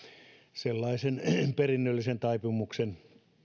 sellaisen perinnöllisen taipumuksen